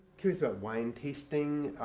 curious about wine tasting.